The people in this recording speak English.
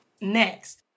Next